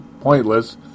pointless